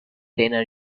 dinner